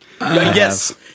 Yes